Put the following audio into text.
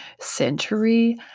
century